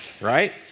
right